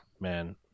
man